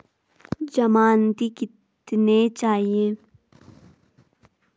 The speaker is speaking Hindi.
ज़मानती कितने चाहिये?